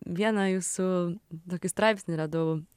vieną jūsų tokį straipsnį radau